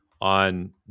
on